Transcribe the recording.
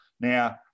Now